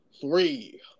three